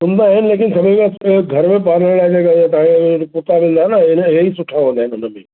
हूंदा आहिनि लेकिन सभिनि खां सु घर में पालण लाइ इन तव्हां कुता थींदा न इहेई सुठा हूंदा आहिनि उनमें